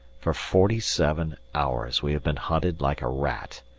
for forty-seven, hours we have been hunted like a rat,